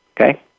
Okay